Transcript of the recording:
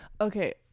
okay